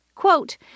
Quote